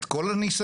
את כל הניסיון,